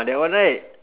ah that one right